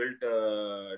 built